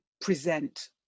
present